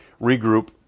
regroup